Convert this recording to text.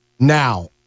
Now